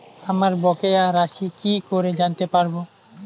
আমার বকেয়া রাশি কি করে জানতে পারবো?